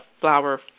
flower